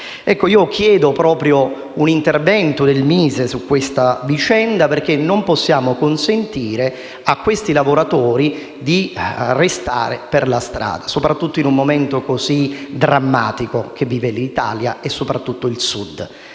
appalto. Chiedo quindi un intervento del MISE su questa vicenda, perché non possiamo consentire a questi lavoratori di restare per strada, soprattutto in un momento così drammatico che vive l'Italia, e che vive soprattutto il Sud.